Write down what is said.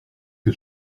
que